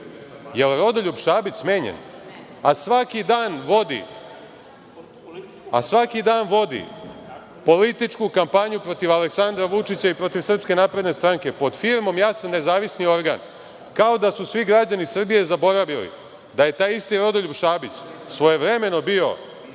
li je Rodoljub Šabić smenjen, a svaki dan vodi političku kampanju protiv Aleksandra Vučića i protiv SNS pod firmom „Ja sam nezavisni organ“, kao da su svi građani Srbije zaboravili da je taj isti Rodoljub Šabić svojevremeno bio